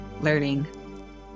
learning